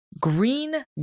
green